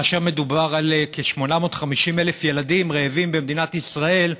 כאשר מדובר על כ-850,000 ילדים רעבים במדינת ישראל,